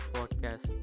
Podcast